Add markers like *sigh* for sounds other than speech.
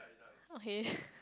okay *laughs*